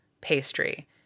Pastry